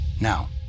now